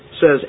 says